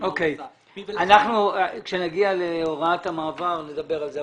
כאשר נגיע להוראת המעבר, נדבר על זה.